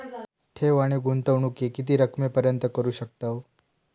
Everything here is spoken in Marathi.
ठेव आणि गुंतवणूकी किती रकमेपर्यंत करू शकतव?